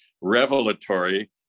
revelatory